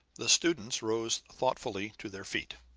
the students rose thoughtfully to their feet,